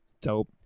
Dope